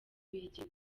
bigira